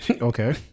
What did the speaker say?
Okay